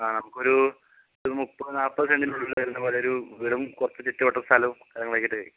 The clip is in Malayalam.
ആ നമുക്കൊരു ഒര് മുപ്പത് നാപ്പത് സെൻറ്റിനുള്ളിൽ വരുന്ന പോലെ ഒരു വീടും കുറച്ച് ചുറ്റുവട്ടവും സ്ഥലവും കാര്യങ്ങളൊക്കെയായിട്ടായിരുന്നു